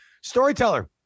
Storyteller